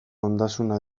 ondasuna